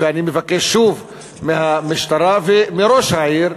אני מבקש שוב מהמשטרה ומראש העיר,